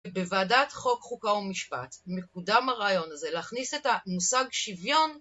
בוועדת חוק חוקה ומשפט, מקודם הרעיון הזה להכניס את המושג שוויון